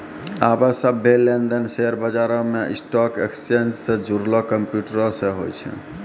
आबे सभ्भे लेन देन शेयर बजारो मे स्टॉक एक्सचेंज से जुड़लो कंप्यूटरो से होय छै